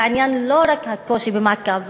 העניין הוא לא רק הקושי במעקב.